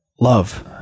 love